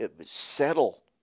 Settle